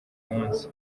munsi